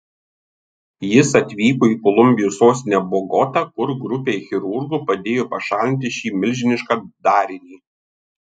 jis atvyko į kolumbijos sostinę bogotą kur grupei chirurgų padėjo pašalinti šį milžinišką darinį